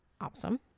awesome